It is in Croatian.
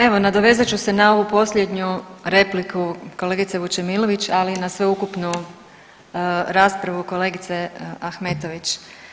Evo nadovezat ću se na ovu posljednju repliku kolegice Vučemilović, ali i na sveukupnu raspravu kolegice Ahmetović.